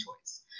choice